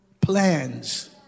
plans